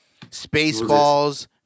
Spaceballs